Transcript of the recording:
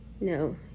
no